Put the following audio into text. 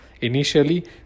Initially